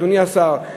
אדוני השר,